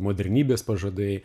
modernybės pažadai